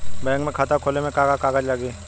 Bank में खाता खोले मे का का कागज लागी?